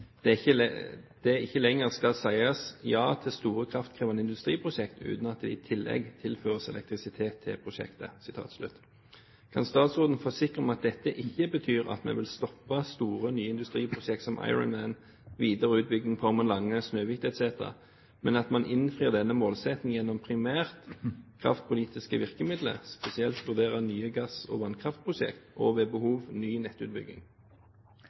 det i tillegg tilføres elektrisitet til prosjektet». Kan statsråden forsikre at dette ikke betyr at man vil stoppe store nye industriprosjekter som Ironman, videre utbygging på Ormen Lange, Snøhvit etc., men at man innfrir denne målsettingen primært gjennom kraftpolitiske virkemidler, spesielt vurdere nye gass- og vannkraftprosjekter, og ved behov ny nettutbygging?»